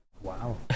Wow